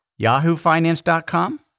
yahoofinance.com